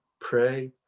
pray